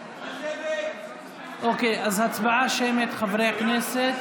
שמית, חברי הכנסת.